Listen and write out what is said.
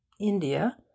india